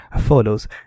photos